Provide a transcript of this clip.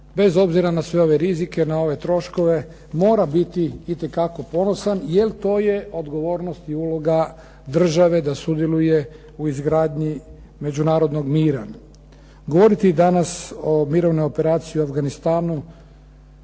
bez obzira na sve ove rizike, na ove troškove mora biti itekako ponosan, jer to je odgovornost i uloga države da sudjeluje u izgradnji međunarodnog mira. Govoriti danas o mirovnoj operaciji u Afganistanu